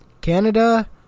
Canada